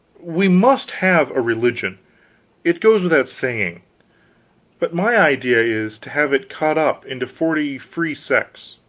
we must have a religion it goes without saying but my idea is, to have it cut up into forty free sects,